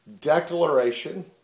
declaration